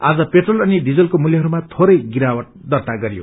आज पेट्रोल अनि डिजलको मूल्यहरूमा थेरै गिरावट दर्ता गरियो